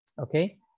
okay